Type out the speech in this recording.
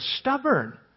stubborn